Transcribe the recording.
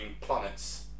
planets